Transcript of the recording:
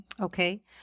Okay